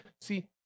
See